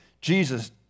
Jesus